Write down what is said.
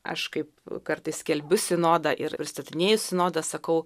aš kaip kartais skelbiu sinodą ir pristatinėju sinodą sakau